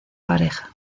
pareja